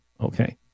Okay